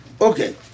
Okay